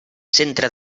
centre